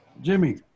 Jimmy